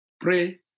Pray